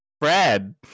fred